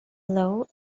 low